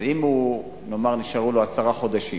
אם, נאמר, נשארו לו עשרה חודשים